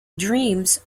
dreams